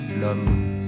l'homme